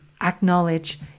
acknowledge